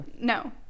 No